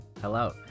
Hello